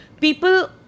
People